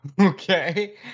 Okay